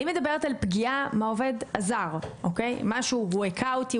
אני מדברת על פגיעה מהעובד הזר: הוא היכה אותי,